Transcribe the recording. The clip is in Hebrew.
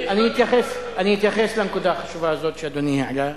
אני אתייחס לנקודה החשובה הזאת שאדוני העלה.